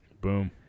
Boom